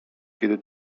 kiedy